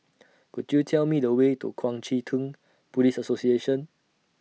Could YOU Tell Me The Way to Kuang Chee Tng Buddhist Association